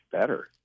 better